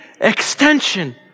extension